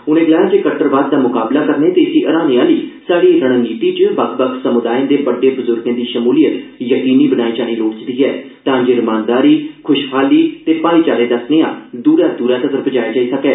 उनें गलाया जे कट्टरवाद दा मुकाबला करने ते इसी ह्राने आह्ली स्हाड़ी रणनीति च बक्ख बक्ख समुदायें दे बड्डे बुजुर्गे दी शमूलियत यकीनी बनाई जानी लोड़चदी ऐ तांजे रमानदारी खुशहाली ते भाईचारे दा स्नेया दूरै दूरै तगर पुजाया जाई सकै